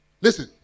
Listen